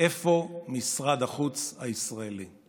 ואיפה משרד החוץ הישראלי?